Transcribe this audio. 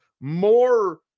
more